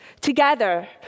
together